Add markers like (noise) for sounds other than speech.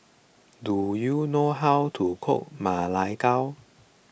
do you know how to cook Ma Lai Gao (noise)